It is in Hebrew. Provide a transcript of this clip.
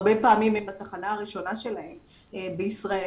הרבה פעמים הם התחנה הראשונה שלהם בישראל.